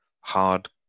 hard